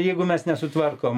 jeigu mes nesutvarkom